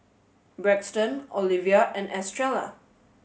Braxton Olevia and Estrella